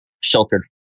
sheltered